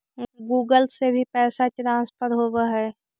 Google से भी पैसा ट्रांसफर होवहै?